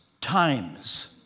times